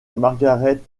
margaret